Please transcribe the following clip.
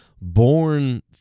born